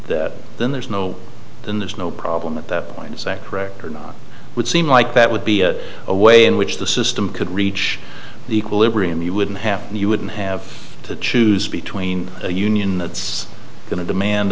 then there's no then there's no problem at that point is that correct or not would seem like that would be a way in which the system could reach equilibrium you wouldn't have you wouldn't have to choose between a union that's going to demand